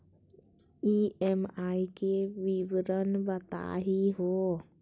EMI के विवरण बताही हो?